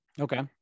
Okay